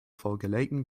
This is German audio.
vorgelegten